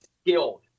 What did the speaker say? skilled